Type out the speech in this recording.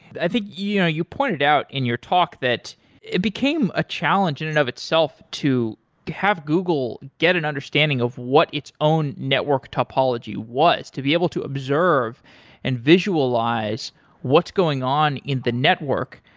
i think yeah you pointed out in your talk that it became a challenge in it and of itself to have google get an understanding of what its own network topology was, to be able to observe and visualize what's going on in the network.